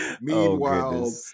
Meanwhile